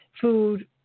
food